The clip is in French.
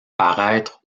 paraître